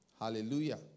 Hallelujah